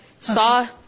saw